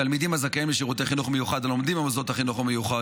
תלמידים הזכאים לשירותי חינוך מיוחד ולומדים במוסדות החינוך המיוחד